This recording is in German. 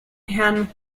herrn